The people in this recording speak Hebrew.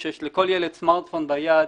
כשיש לכל ילד סמרטפון ביד,